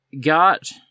got